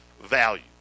value